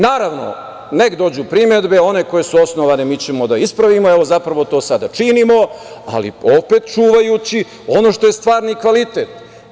Naravno, neka dođu primedbe, one koje su osnovane mi ćemo da ispravimo, zapravo to sada činimo, ali opet čuvajući ono što je stvarni kvalitet.